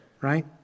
right